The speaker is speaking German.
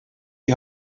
die